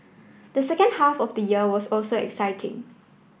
the second half of the year was also exciting